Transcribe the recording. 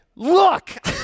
Look